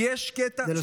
כי יש קטע,